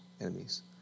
enemies